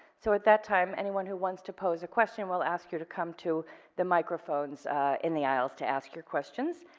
so at that time, anyone who wants to pose a question we'll ask you to come to the microphones in the aisles to ask your questions.